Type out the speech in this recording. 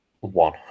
one